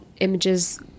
images